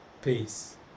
peace